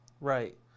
Right